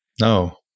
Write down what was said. No